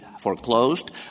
Foreclosed